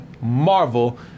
Marvel